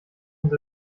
uns